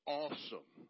awesome